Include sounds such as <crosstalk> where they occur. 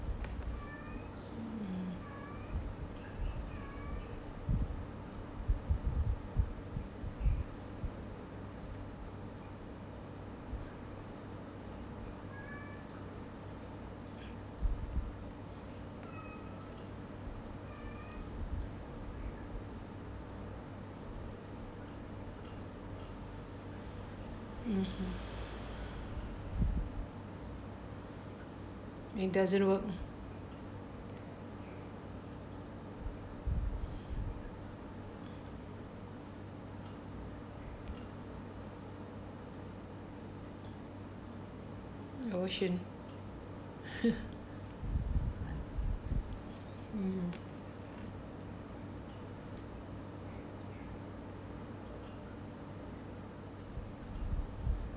mm (uh huh) it doesn't work ocean <laughs>